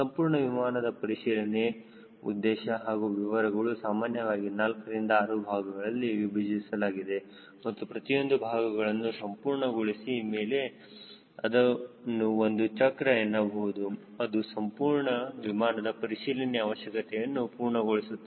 ಸಂಪೂರ್ಣ ವಿಮಾನದ ಪರಿಶೀಲನೆಯ ಉದ್ದೇಶ ಹಾಗೂ ವಿವರಗಳು ಸಾಮಾನ್ಯವಾಗಿ ನಾಲ್ಕರಿಂದ ಆರು ಭಾಗಗಳಲ್ಲಿ ವಿಭಜಿಸಲಾಗಿದೆ ಮತ್ತು ಪ್ರತಿಯೊಂದು ಭಾಗಗಳನ್ನು ಸಂಪೂರ್ಣಗೊಳಿಸಿದ ಮೇಲೆ ಅದನ್ನು ಒಂದು ಚಕ್ರ ಎನ್ನಬಹುದು ಅದು ಸಂಪೂರ್ಣ ವಿಮಾನದ ಪರಿಶೀಲನೆಯ ಅವಶ್ಯಕತೆಯನ್ನು ಪೂರ್ಣಗೊಳಿಸುತ್ತದೆ